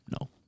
No